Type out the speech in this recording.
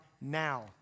now